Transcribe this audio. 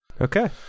Okay